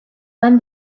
when